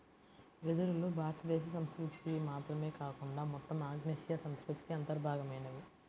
వెదురులు భారతదేశ సంస్కృతికి మాత్రమే కాకుండా మొత్తం ఆగ్నేయాసియా సంస్కృతికి అంతర్భాగమైనవి